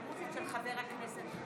גברתי היושבת-ראש, חברי הכנסת,